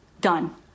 done